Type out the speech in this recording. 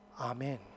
Amen